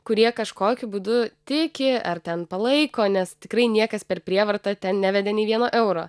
kurie kažkokiu būdu tiki ar ten palaiko nes tikrai niekas per prievartą ten nevedė nei vieno euro